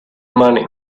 money